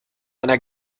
einer